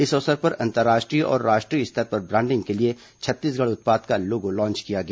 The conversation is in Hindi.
इस अवसर पर अंतर्राष्ट्रीय और राष्ट्रीय स्तर पर ब्रांडिंग के लिए छत्तीसगढ़ उत्पाद का लोगो लांच किया गया